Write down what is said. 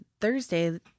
Thursday